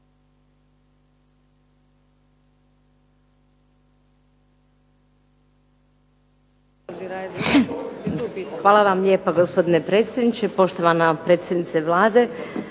Hvala vam lijepa gospodine predsjedniče, poštovana predsjednice Vlade,